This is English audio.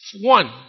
One